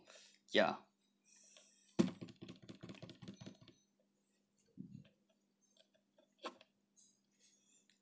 ya